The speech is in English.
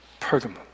Pergamum